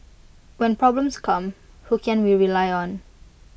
when problems come who can we rely on